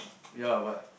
ya but